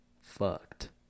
fucked